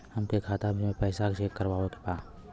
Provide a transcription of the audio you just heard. हमरे खाता मे पैसा चेक करवावे के बा?